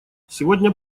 сегодня